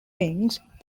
think